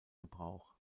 gebrauch